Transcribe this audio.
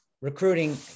recruiting